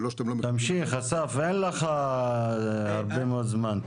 תמשיך אסף, אין לך הרבה מאוד זמן.